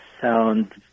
sound